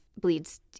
bleeds